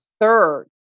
third